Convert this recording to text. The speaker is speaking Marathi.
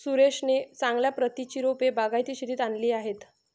सुरेशने चांगल्या प्रतीची रोपे बागायती शेतीत आणली आहेत